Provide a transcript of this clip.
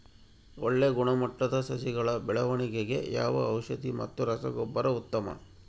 ಒಳ್ಳೆ ಗುಣಮಟ್ಟದ ಸಸಿಗಳ ಬೆಳವಣೆಗೆಗೆ ಯಾವ ಔಷಧಿ ಮತ್ತು ರಸಗೊಬ್ಬರ ಉತ್ತಮ?